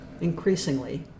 increasingly